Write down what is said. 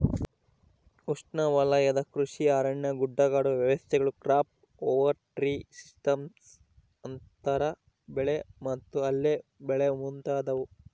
ಉಷ್ಣವಲಯದ ಕೃಷಿ ಅರಣ್ಯ ಗುಡ್ಡಗಾಡು ವ್ಯವಸ್ಥೆಗಳು ಕ್ರಾಪ್ ಓವರ್ ಟ್ರೀ ಸಿಸ್ಟಮ್ಸ್ ಅಂತರ ಬೆಳೆ ಮತ್ತು ಅಲ್ಲೆ ಬೆಳೆ ಮುಂತಾದವು